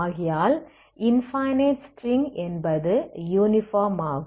ஆகையால் infinite string என்பது uniform ஆகும்